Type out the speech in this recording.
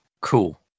Cool